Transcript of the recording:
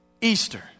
Easter